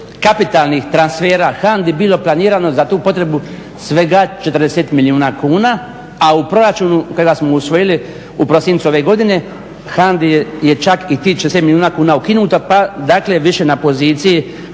kapitalnih transfera HANDA-i bilo planirano za tu potrebu svega 40 milijuna kuna, a u proračunu kojega smo usvojili u prosincu ove godine HANDA-i je čak i tih 40 milijuna kuna ukinuto pa dakle više na poziciji HANDA-e.